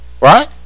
Right